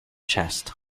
chest